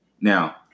Now